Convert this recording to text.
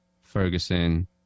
Ferguson